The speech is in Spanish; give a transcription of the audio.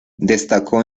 destacó